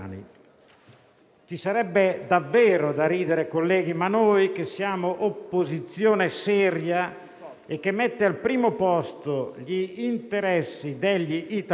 ci sarebbe davvero da ridere, colleghi, ma noi, che siamo un'opposizione seria, che mette al primo posto gli interessi degli italiani,